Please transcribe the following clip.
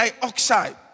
dioxide